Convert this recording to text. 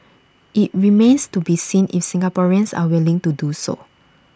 IT remains to be seen if Singaporeans are willing to do so